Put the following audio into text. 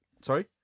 sorry